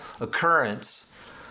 occurrence